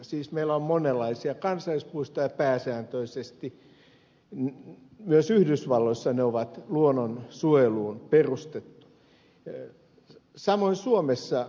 siis meillä on monenlaisia kansallispuistoja pääsääntöisesti myös yhdysvalloissa ne on luonnonsuojeluun perustettu samoin suomessa